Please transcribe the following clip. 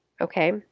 okay